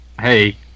hey